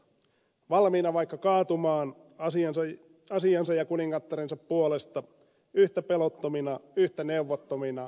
valmiina vaikka kaatumaan asiansa ja kuningattarensa puolesta yhtä pelottomina yhtä neuvottomina yhtä onnettomina